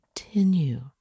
continue